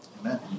Amen